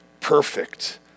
perfect